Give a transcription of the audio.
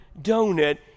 donut